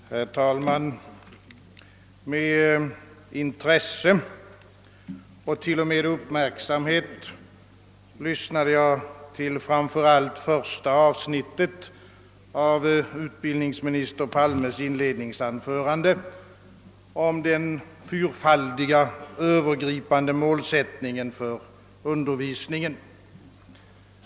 Herr talman! Jag lyssnade med intresse och till och med med uppmärksamhet på framför allt första avsnittet av utbildningsminister Palmes inledningsanförande om den fyrfaldiga, övergripande målsättningen för undervisningen.